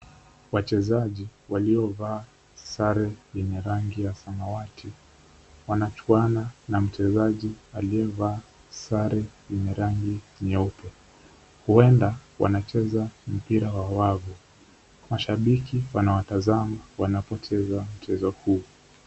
Wachezaji waliovaa sare zenye rangi ya samawati, wanachuana na mchezaji aliyevaa sare yenye rangi nyeupe. Huenda, wanacheza mpira wa wavu. Mashabiki wanawataza wanapocheza mchezo huo.